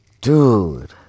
dude